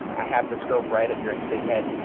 i have the scope right at your big head,